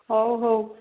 ହଉ ହଉ